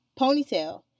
ponytail